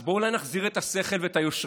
אז בואו נחזיר את השכל ואת היושרה,